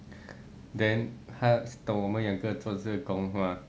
then 他懂我们两个做这个工吗